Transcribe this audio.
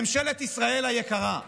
ממשלת ישראל היקרה.